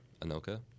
Anoka